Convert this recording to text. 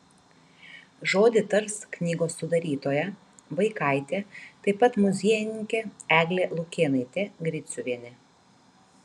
žodį tars knygos sudarytoja vaikaitė taip pat muziejininkė eglė lukėnaitė griciuvienė